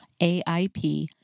AIP